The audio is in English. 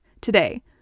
today